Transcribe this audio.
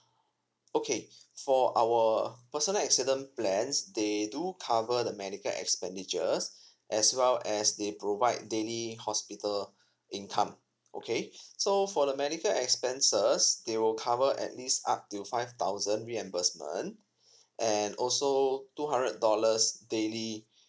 okay for our personal accident plans they do cover the medical expenditures as well as they provide daily hospital income okay so for the medical expenses they will cover at least up to five thousand reimbursement and also two hundred dollars daily